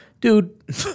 Dude